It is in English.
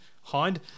Hind